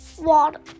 water